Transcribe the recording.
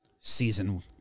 season